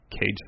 Cage